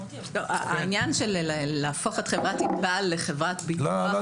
העניין של להפוך את חברת ענבל לחברת ביטוח --- לא,